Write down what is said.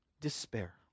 despair